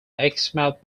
exmouth